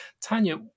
Tanya